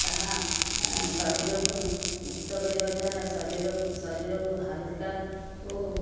ତାହା ଶରୀରକୁ ମୁକ୍ତ କରିବା ଦ୍ୱାରା ଶରୀର ଶରୀରକୁ ହାଲକା ଓ